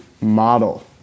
model